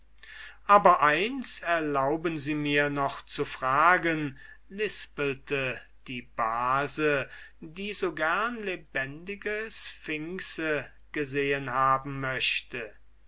aber eins erlauben sie mir noch zu fragen lispelte die base die so gerne lebendige sphinxe gesehen haben möchte